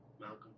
Malcolm